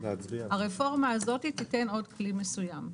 הרפורמה הזאת תיתן עוד כלי מסוים.